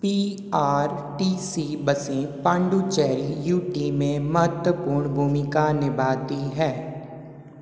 P R T C बसें Pondicherry U T में महत्वपूर्ण भूमिका निभाती हैं